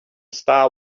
star